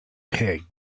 pig